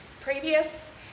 previous